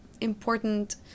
important